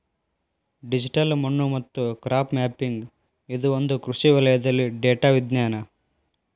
digital ಮಣ್ಣು ಮತ್ತು crop mapping ಇದು ಒಂದು ಕೃಷಿ ವಲಯದಲ್ಲಿ ಡೇಟಾ ವಿಜ್ಞಾನ